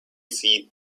seat